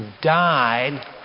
died